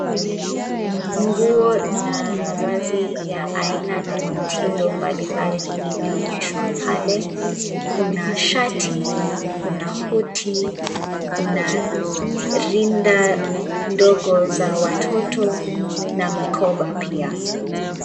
Nguo na mavazi ya aina na mitindo mbali mbali imeonyeshwa pale. Kuna shati kuna koti, kuna rinda ndogo za watoto na mikoba pia.